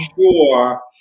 sure